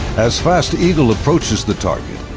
as fast eagle approaches the target,